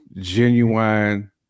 genuine